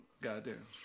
Goddamn